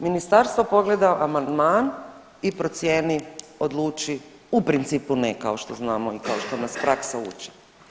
Ministarstvo pogleda amandman i procijeni, odluči u principu ne kao što znamo i kao što nas praksa ući.